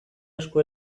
asko